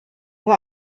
nur